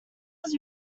was